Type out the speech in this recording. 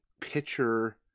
pitcher